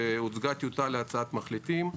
והוצגה טיוטה להצעת מחליטים.